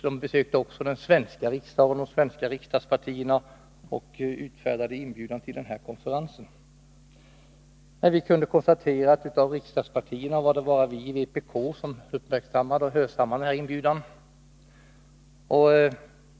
De besökte också den svenska riksdagen och överlämnade inbjudningar till konferensen till de svenska riksdagspartierna. Av dem var det bara vi i vpk som hörsammade denna inbjudan.